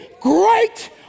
great